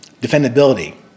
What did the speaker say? defendability